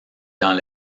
dans